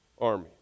army